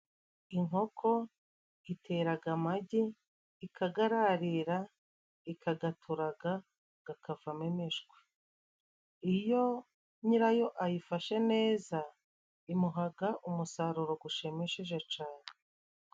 Inkoko iteraga amagi ikagararira ikagaturaga gakavamo imishwi, iyo nyirayo ayifashe neza imuhaga umusaruro gushimishije cane.